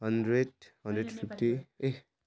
hundred hundred fifty A